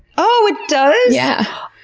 oh, it does? yeah.